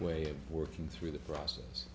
way of working through the process